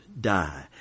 die